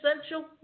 essential